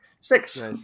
six